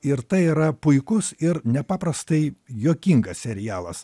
ir tai yra puikus ir nepaprastai juokingas serialas